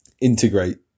integrate